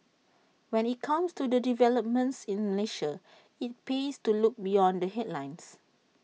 when IT comes to developments in Malaysia IT pays to look beyond the headlines